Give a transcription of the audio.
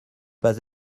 pas